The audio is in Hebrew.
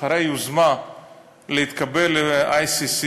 אחרי היוזמה להתקבל ל-ICC,